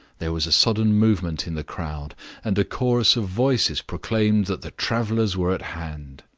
there was a sudden movement in the crowd and a chorus of voices proclaimed that the travelers were at hand.